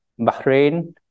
Bahrain